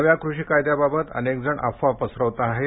नव्या कृषी कायद्याबाबत अनेकजण अफवा पसरवताहेत